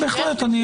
בהחלט, אני